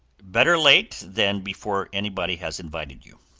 better late than before anybody has invited you.